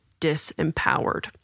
disempowered